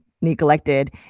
neglected